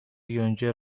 یونجه